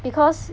because